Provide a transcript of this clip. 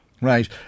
Right